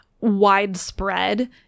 widespread